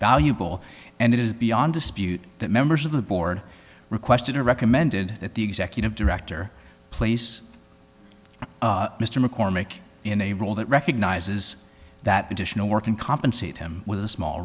valuable and it is beyond dispute that members of the board requested are recommended that the executive director place mr mccormick in a role that recognizes that additional work can compensate him with a small